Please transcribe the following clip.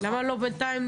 למה לא לכתוב בינתיים.